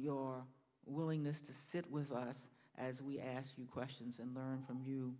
your willingness to sit with us as we ask you questions and learn from you